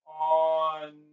on